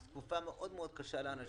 זו תקופה מאוד מאוד קשה לאנשים.